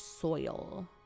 soil